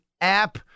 app